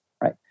Right